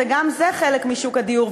גם זה חלק משוק הדיור,